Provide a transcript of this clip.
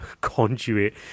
conduit